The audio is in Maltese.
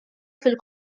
fil